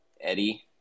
Eddie